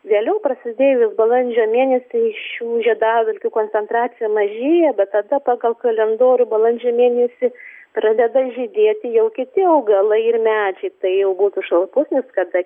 vėliau prasidėjus balandžio mėnesiui šių žiedadulkių koncentracija mažėja bet tada pagal kalendorių balandžio mėnesį pradeda žydėti jau kiti augalai ir medžiai tai jau būtų šalpusnis kada